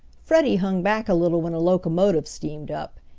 freddie hung back a little when a locomotive steamed up.